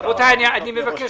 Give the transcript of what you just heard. בבקשה.